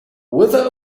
wither